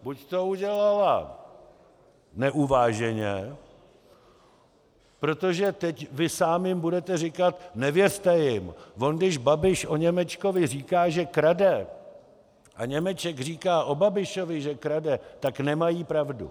Buď to udělala neuváženě, protože teď vy sám jim budete říkat: nevěřte jim, on když Babiš o Němečkovi říká, že krade, a Němeček říká o Babišovi, že krade, tak nemají pravdu.